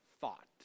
thought